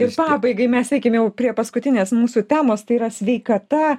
ir pabaigai mes eikim jau prie paskutinės mūsų temos tai yra sveikata